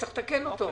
צריך לתקן את זה.